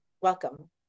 welcome